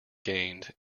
gained